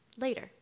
later